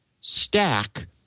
stack